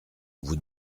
vous